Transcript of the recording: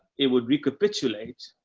it would recapitulate,